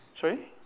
sorry